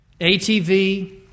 ATV